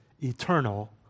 eternal